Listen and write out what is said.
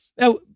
Now